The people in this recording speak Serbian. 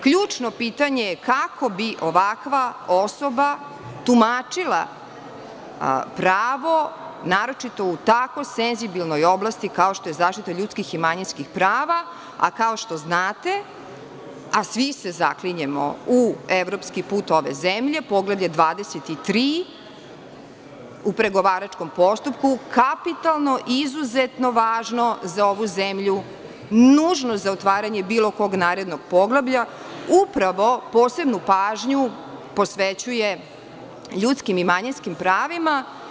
Ključno pitanje je kako bi ovakva osoba tumačila pravo, naročito u tako senzibilnoj oblasti kao što je zaštita ljudskih i manjinskih prava, a kao što znate, a svi se zaklinjemo u evropski put ove zemlje, Poglavlje 23, u pregovaračkom postupku kapitalno i izuzetno važno za ovu zemlju, nužno za otvaranje bilo kog narednog poglavlja, upravo posebnu pažnju posvećuje ljudskim i manjinskim pravima.